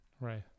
Right